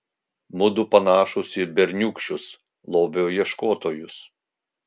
mudu panašūs į berniūkščius lobio ieškotojus